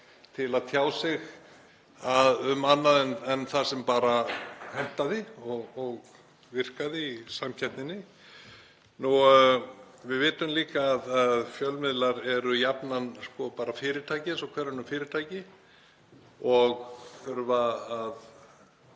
til að tjá sig um annað en það sem hentaði og virkaði í samkeppninni? Við vitum líka að fjölmiðlar eru jafnan bara fyrirtæki eins og hver önnur fyrirtæki og þurfa að